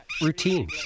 routine